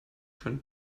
schon